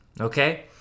okay